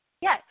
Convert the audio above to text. Yes